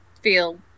feel